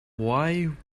why